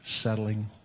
settling